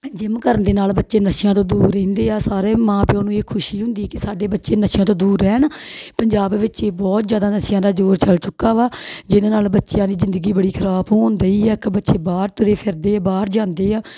gym ਕਰਨ ਦੇ ਨਾਲ ਬੱਚੇ ਨਸ਼ਿਆਂ ਤੋਂ ਦੂਰ ਰਹਿੰਦੇ ਆ ਸਾਰੇ ਮਾਂ ਪਿਓ ਨੂੰ ਇਹ ਖੁਸ਼ੀ ਹੁੰਦੀ ਕਿ ਸਾਡੇ ਬੱਚੇ ਨਸ਼ਿਆਂ ਤੋਂ ਦੂਰ ਰਹਿਣ ਪੰਜਾਬ ਵਿੱਚ ਇਹ ਬਹੁਤ ਜ਼ਿਆਦਾ ਨਸ਼ਿਆਂ ਦਾ ਜ਼ੋਰ ਚੱਲ ਚੁੱਕਾ ਵਾ ਜਿਹਦੇ ਨਾਲ ਬੱਚਿਆਂ ਦੀ ਜ਼ਿੰਦਗੀ ਬੜੀ ਖਰਾਬ ਹੋਣ ਦਈ ਆ ਇੱਕ ਬੱਚੇ ਬਾਹਰ ਤੁਰੇ ਫਿਰਦੇ ਆ ਬਾਹਰ ਜਾਂਦੇ ਆ